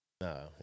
No